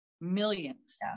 Millions